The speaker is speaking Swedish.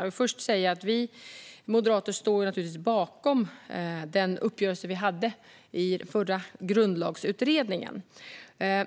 Jag vill först säga att vi moderater naturligtvis står bakom den uppgörelse vi hade i den förra Grundlagsutredningen.